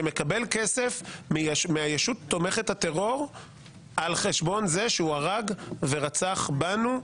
שמקבל כסף מהישות תומכת הטרור על חשבון זה שהוא הרג ורצח בנו,